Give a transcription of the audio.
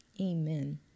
Amen